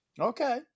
Okay